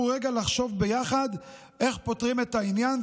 רגע לחשוב ביחד איך פותרים את העניין,